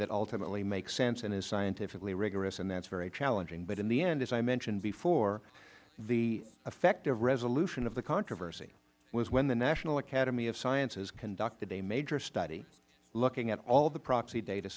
that ultimately makes sense and is scientifically rigorous and that is very challenging but in the end as i mentioned before the effective resolution of the controversy was when the national academy of sciences conducted a major study looking at all the proxy data